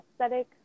aesthetic